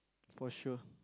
for sure